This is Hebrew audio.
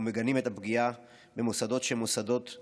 ומגנים את הפגיעה במוסדות דתיים,